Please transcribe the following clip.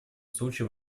случай